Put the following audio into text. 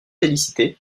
félicité